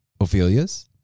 Ophelia's